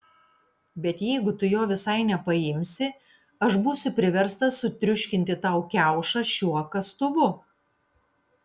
bet jeigu tu jo visai nepaimsi aš būsiu priverstas sutriuškinti tau kiaušą šiuo kastuvu